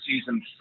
season